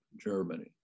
Germany